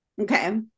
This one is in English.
okay